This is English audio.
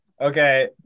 Okay